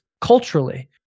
culturally